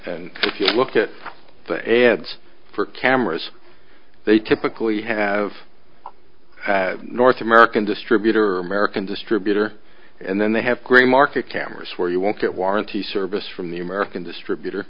and if you look at the ads for cameras they typically have a north american distributor or american distributor and then they have gray market cameras where you won't get warranty service from the american distributor